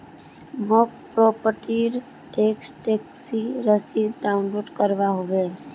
मौक प्रॉपर्टी र tax taxi रसीद डाउनलोड करवा होवे